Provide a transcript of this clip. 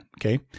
Okay